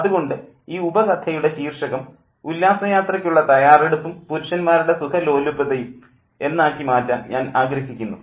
അതുകൊണ്ട് ഈ ഉപകഥയുടെ ശീർഷകം ഉല്ലാസ യാത്രയ്ക്കുള്ള തയ്യാറെടുപ്പും പുരുഷന്മാരുടെ സുഖലോലുപതയും picnic preparation and mens comfort എന്നാക്കി മാറ്റാൻ ഞാൻ ആഗ്രഹിക്കുന്നു